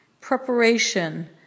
preparation